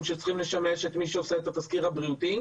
שצריכים לשמש את מי שעושה את התסקיר הבריאותי,